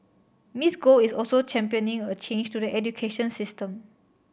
Miss Go is also championing a change to the education system